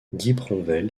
guipronvel